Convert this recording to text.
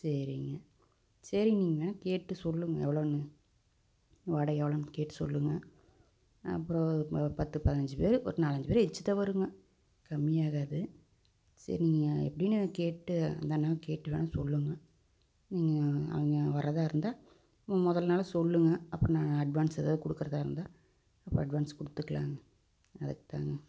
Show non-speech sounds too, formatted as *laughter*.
சரிங்க சரிங்க நீங்கள் வேணுணா கேட்டுட்டு சொல்லுங்க எவ்வளோன்னு வாடகை எவ்வளோன்னு கேட்டு சொல்லுங்க அப்புறம் பத்து பதினஞ்சு பேர் ஒரு நாலு அஞ்சு பேர் *unintelligible* தான் வருவோங்க கம்மி ஆகாது சரி நீங்கள் எப்படின்னு கேட்டு அந்த அண்ணாவை கேட்டு வேணுணா சொல்லுங்க நீங்கள் அவங்க வரதா இருந்தால் முதல் நாள்லே சொல்லுங்க அப்புறம் நான் அட்வான்ஸ் ஏதாவது கொடுக்குறதா இருந்தால் அப்போ அட்வான்ஸ் கொடுத்துக்கலாங்க அதுக்கு தாங்க